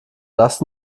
lasst